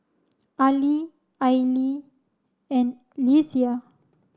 Ali Aili and Leitha